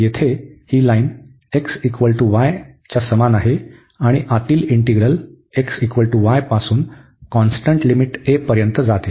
येथे ही line x बरोबर y च्या समान आहे आणि ही आतील इंटीग्रल x बरोबर y पासून कॉन्स्टंट लिमिट a पर्यंत जाते